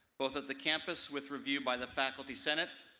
both at the campus with review by the faculty senate,